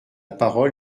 parole